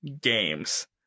games